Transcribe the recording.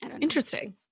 interesting